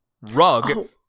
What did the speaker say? rug